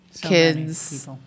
kids